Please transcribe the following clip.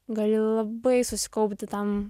gali labai susikaupti tam